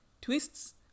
Twists